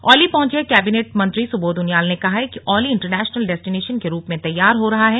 औली पहुंचे कैबिनेट मंत्री सुबोध उनियाल ने कहा कि औली इंटरनेशनल डेस्टिनेशन के रूप में तैयार हो रहा हैं